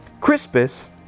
Crispus